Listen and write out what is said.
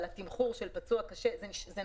אבל התמחור של פצוע קשה והרוג עד כמה